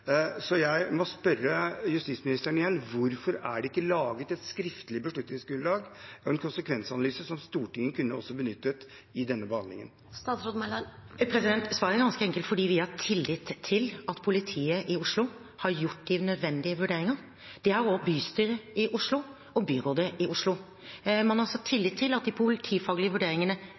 Så jeg må spørre justisministeren igjen: Hvorfor er det ikke laget et skriftlig beslutningsgrunnlag og en konsekvensanalyse som Stortinget også kunne benyttet i denne behandlingen? Svaret er ganske enkelt fordi vi har tillit til at politiet i Oslo har gjort de nødvendige vurderinger. Det har også bystyret og byrådet i Oslo. Man har altså tillit til at de politifaglige vurderingene